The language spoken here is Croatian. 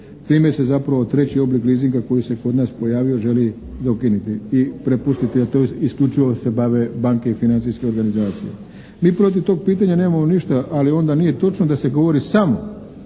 Time se zapravo treći oblik leasinga koji se kod nas pojavio želi dokiniti i prepustiti, a to isključivo se bave banke i financijske organizacije. Mi protiv tog pitanja nemamo ništa ali onda nije točno da se govori samo